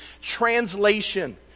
translation